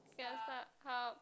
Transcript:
ya Starhub